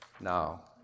now